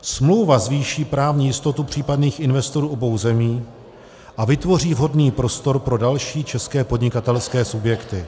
Smlouva zvýší právní jistotu případných investorů obou zemí a vytvoří vhodný prostor pro další české podnikatelské subjekty.